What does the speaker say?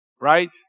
right